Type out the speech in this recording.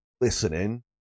listening